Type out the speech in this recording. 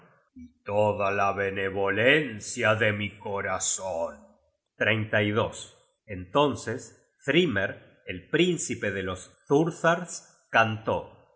toda la benevolencia de mi corazon entonces thrymer el príncipe de los thursars cantó